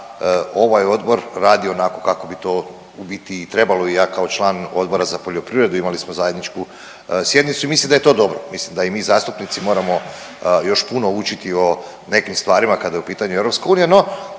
ovaj Odbor radi onako kako bi to u biti i trebalo. I ja kao član Odbora za poljoprivredu imali smo zajedničku sjednicu i mislim da je to dobro, mislim da i mi zastupnici moramo još puno učiti o nekim stvarima kada je u pitanju EU. No,